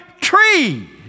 tree